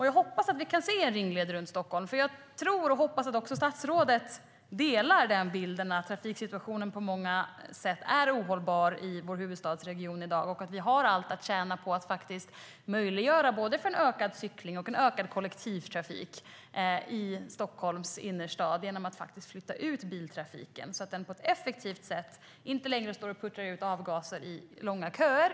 Jag hoppas att vi kan se en ringled kring Stockholm, för jag tror och hoppas att också statsrådet delar bilden att trafiksituationen på många sätt är ohållbar i vår huvudstadsregion i dag och att vi har allt att tjäna på att faktiskt möjliggöra både för en ökad cykling och en ökad kollektivtrafik i Stockholms innerstad genom att flytta ut biltrafiken så att den inte längre får puttra ut avgaser i långa köer.